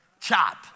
chop